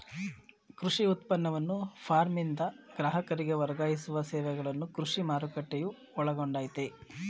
ಕೃಷಿ ಉತ್ಪನ್ನವನ್ನು ಫಾರ್ಮ್ನಿಂದ ಗ್ರಾಹಕರಿಗೆ ವರ್ಗಾಯಿಸುವ ಸೇವೆಗಳನ್ನು ಕೃಷಿ ಮಾರುಕಟ್ಟೆಯು ಒಳಗೊಂಡಯ್ತೇ